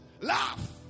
Laugh